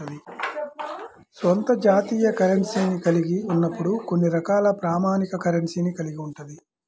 స్వంత జాతీయ కరెన్సీని కలిగి ఉన్నప్పుడు కొన్ని రకాల ప్రామాణిక కరెన్సీని కలిగి ఉంటది